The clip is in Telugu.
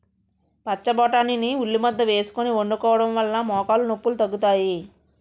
పచ్చబొటాని ని ఉల్లిముద్ద వేసుకొని వండుకోవడం వలన మోకాలు నొప్పిలు తగ్గుతాయి